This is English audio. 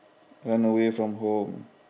run away from home